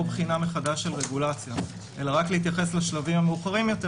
בחינה חדשה של רגולציה אלא רק להתייחס לשלבים המאוחרים יותר,